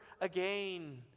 again